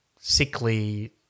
sickly